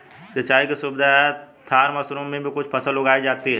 सिंचाई की सुविधा से थार मरूभूमि में भी कुछ फसल उगाई जाती हैं